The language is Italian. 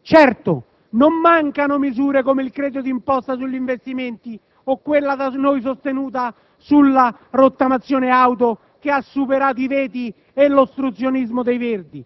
Certo, non mancano misure come il credito d'imposta sugli investimenti o quella da noi sostenuta sulla rottamazione auto, che ha superato i veti e l'ostruzionismo dei Verdi.